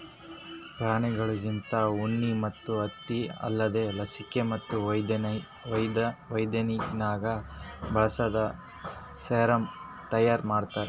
ಪ್ರಾಣಿಗೊಳ್ಲಿಂತ ಉಣ್ಣಿ ಮತ್ತ್ ತತ್ತಿ ಅಲ್ದೇ ಲಸಿಕೆ ಮತ್ತ್ ವೈದ್ಯಕಿನಾಗ್ ಬಳಸಂತಾ ಸೆರಮ್ ತೈಯಾರಿ ಮಾಡ್ತಾರ